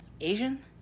Asian